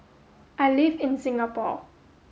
I live in Singapore